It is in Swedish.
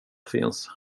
finns